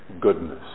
goodness